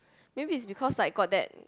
maybe is like got that